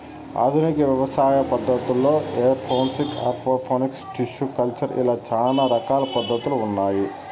ఆధునిక వ్యవసాయ పద్ధతుల్లో ఏరోఫోనిక్స్, ఆక్వాపోనిక్స్, టిష్యు కల్చర్ ఇలా చానా రకాల పద్ధతులు ఉన్నాయి